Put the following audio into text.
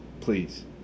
Please